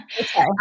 Okay